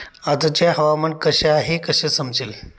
आजचे हवामान कसे आहे हे कसे समजेल?